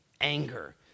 anger